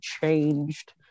changed